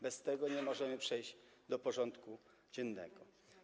Bez tego nie możemy przejść do porządku dziennego.